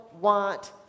want